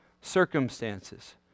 circumstances